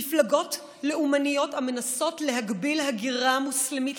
מפלגות לאומניות המנסות להגביל הגירה מוסלמית